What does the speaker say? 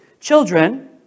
Children